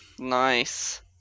Nice